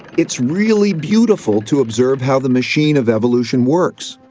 it's really beautiful to observe how the machine of evolution works.